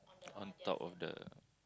on top of the